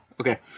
Okay